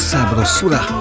Sabrosura